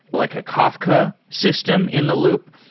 like a kafka system in the loop.